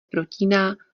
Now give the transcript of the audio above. protíná